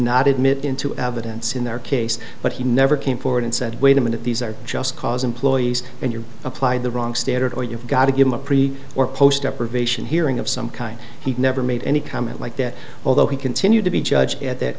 not admit into evidence in their case he never came forward and said wait a minute these are just cause employees and you applied the wrong standard or you forgot to give him a pre or post deprivation hearing of some kind he'd never made any comment like that although he continued to be judge at th